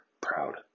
proud